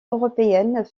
européennes